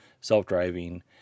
self-driving